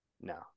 no